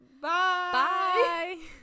Bye